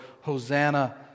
Hosanna